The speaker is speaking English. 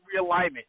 realignment